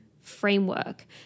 framework